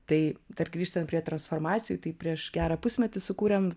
tai dar grįžtant prie transformacijų tai prieš gerą pusmetį sukūrėm